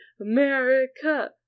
America